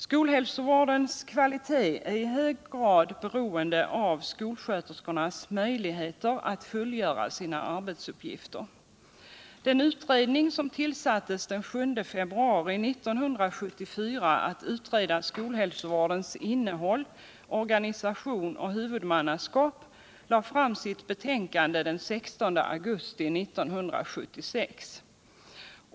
Skolhälsovårdens kvalitet är i hög grad beroende av skolsköterskornas möjligheter att fullgöra sina arbetsuppgifter. Den utredning som tillsattes den 7 februari 1974 för att utreda skolhälsovårdens innehåll. organisation och huvudmannaskap lade fram sitt betänkande den 16 augusti 1976.